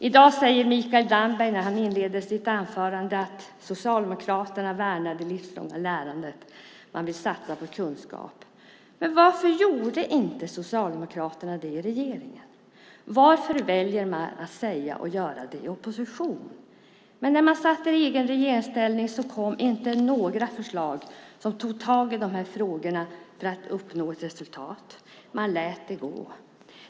I dag säger Mikael Damberg i sitt anförande att Socialdemokraterna värnar det livslånga lärandet och att man vill satsa på kunskap. Men varför gjorde inte Socialdemokraterna det i regeringsställning? Varför väljer man att säga och göra det i opposition? När man satt i regeringsställning kom inte några förslag som tog tag i dessa frågor för att uppnå resultat. Man lät det gå.